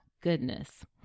goodness